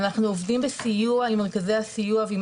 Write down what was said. אנחנו עובדים בסיוע עם מרכזי הסיוע ועם